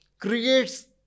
creates